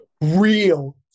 real